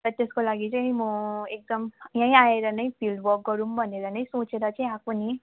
र त्यसको लागि चाहिँ म एकदम यहीँ आएर नै फिल्ड वर्क गरौँ भनेर नै सोचेर चाहिँ आएको नि